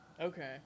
Okay